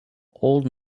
old